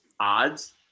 odds